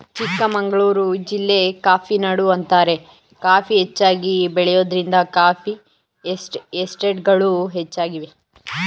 ಚಿಕ್ಕಮಗಳೂರು ಜಿಲ್ಲೆ ಕಾಫಿನಾಡು ಅಂತಾರೆ ಕಾಫಿ ಹೆಚ್ಚಾಗಿ ಬೆಳೆಯೋದ್ರಿಂದ ಕಾಫಿ ಎಸ್ಟೇಟ್ಗಳು ಹೆಚ್ಚಾಗಿವೆ